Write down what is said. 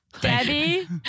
debbie